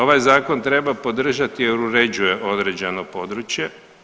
Ovaj zakon treba podržati jer uređuje određeno područje.